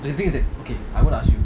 the thing is that okay I want to ask you